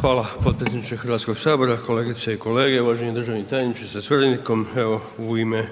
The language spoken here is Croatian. Hvala potpredsjedniče Hrvatskog sabora, kolegice i kolege, uvaženi državni tajniče sa suradnikom, evo u ime